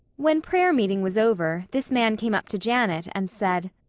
when prayer-meeting was over this man came up to janet and said,